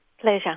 Pleasure